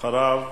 אחריו,